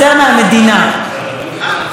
חברות וחברים,